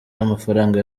z’amafaranga